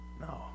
No